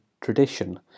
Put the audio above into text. tradition